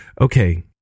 okay